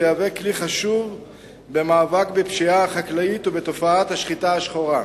ויהיה כלי חשוב במאבק בפשיעה החקלאית ובתופעת השחיטה השחורה.